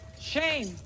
Shame